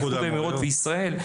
איחוד האמירויות וישראל,